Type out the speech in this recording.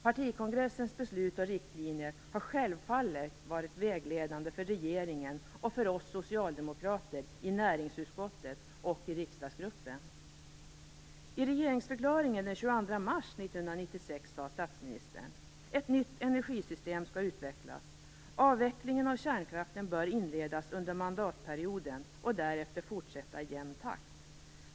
Partikongressens beslut och riktlinjer har självfallet varit vägledande för regeringen och för oss socialdemokrater i näringsutskottet och i riksdagsgruppen. "Ett nytt energisystem skall utvecklas. Avvecklingen av kärnkraften bör inledas under mandatperioden och därefter fortsätta i jämn takt.